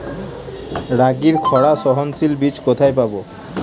রাগির খরা সহনশীল বীজ কোথায় পাবো?